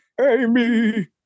Amy